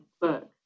book